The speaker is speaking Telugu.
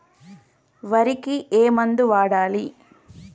వరికి ఏ మందు వాడాలి?